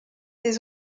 des